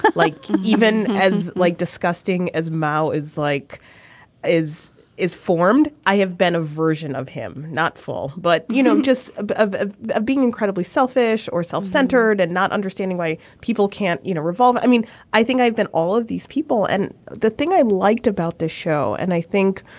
but like even as like disgusting as mao is like is is formed i have been a version of him not full. but you know just ah being incredibly selfish or self-centered and not understanding why people can't you know revolve. i mean i think i've been all of these people and the thing i've liked about this show and i think